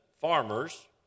farmers